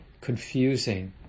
confusing